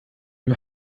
dem